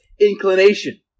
inclination